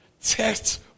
Test